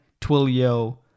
Twilio